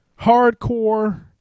Hardcore